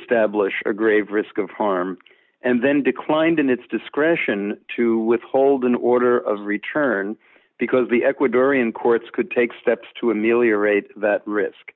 establish a grave risk of harm and then declined in its discretion to withhold an order of return because the ecuadorian courts could take steps to ameliorate that risk